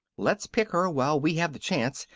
let's pick her while we have the chance,